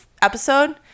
episode